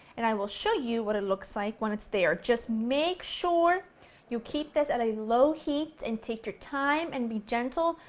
and i will show you what it looks like when it's there. just make sure you keep this at a low heat and take your time and be gentle,